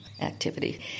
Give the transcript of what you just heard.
activity